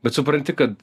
bet supranti kad